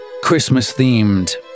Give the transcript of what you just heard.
Christmas-themed